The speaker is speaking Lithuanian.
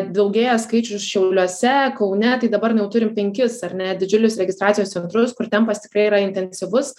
daugėja skaičius šiauliuose kaune tai dabar jau turim penkis ar ne didžiulius registracijos centrus kur tempas tikrai yra intensyvus